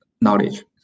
knowledge